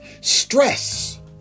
Stress